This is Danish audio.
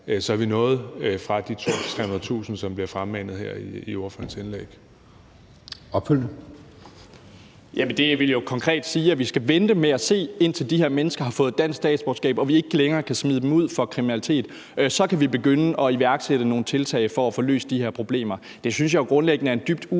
af et stykke fra de 200.000-300.000, som bliver fremmanet her i ordførerens indlæg.